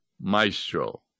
maestro